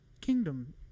Kingdom